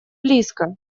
близко